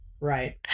Right